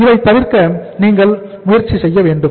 இதை தவிர்க்க நீங்கள் முயற்சி செய்ய வேண்டும்